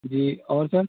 जी और सर